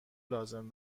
لازم